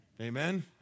Amen